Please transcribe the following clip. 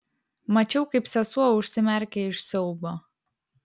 mačiau kaip sesuo užsimerkia iš siaubo